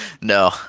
no